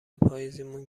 پاییزیمون